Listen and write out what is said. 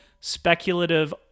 speculative